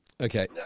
Okay